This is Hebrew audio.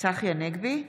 צחי הנגבי,